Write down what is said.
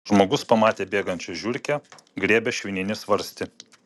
žmogus pamatė bėgančią žiurkę griebia švininį svarstį